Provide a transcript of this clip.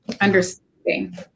Understanding